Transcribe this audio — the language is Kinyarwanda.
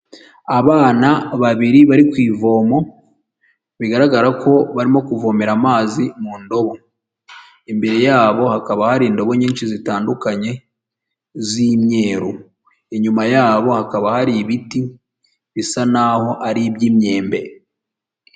Abana babiri bari ku ivomo, bigaragara ko barimo kuvomera amazi mu ndobo, imbere yabo hakaba hari indobo nyinshi zitandukanye z'imyeru, inyuma yabo hakaba hari ibiti bisa n'aho ari iby'imyembe.